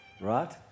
right